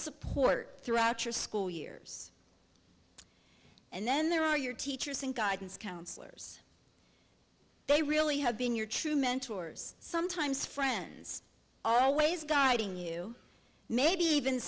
support throughout your school years and then there are your teachers and guidance counselors they really have been your true mentors sometimes friends always guiding you maybe even